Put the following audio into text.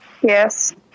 Yes